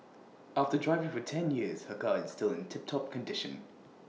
after driving for ten years her car is still in tiptop condition